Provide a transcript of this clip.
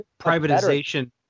privatization